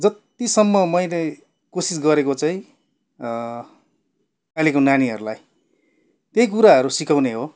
जत्तिसम्म मैले कोसिस गरेको चाहिँ अहिलेको नानीहरूलाई त्यही कुराहरू सिकाउने हो